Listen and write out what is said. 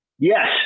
Yes